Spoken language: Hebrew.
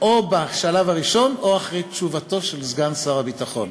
או בשלב הראשון או אחרי תשובתו של סגן שר הביטחון.